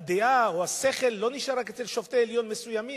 הדעה או השכל לא נשארים רק אצל שופטי עליון מסוימים.